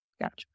Gotcha